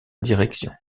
direction